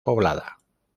poblada